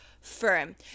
firm